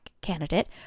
candidate